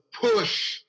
push